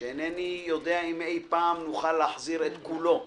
שאינני יודע אם אי פעם נוכל להחזיר את כולו,